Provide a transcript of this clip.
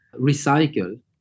Recycle